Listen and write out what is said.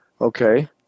Okay